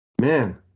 man